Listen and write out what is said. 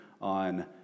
on